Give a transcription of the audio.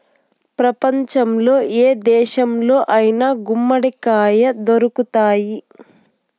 ప్రపంచంలో ఏ దేశంలో అయినా గుమ్మడికాయ దొరుకుతాయి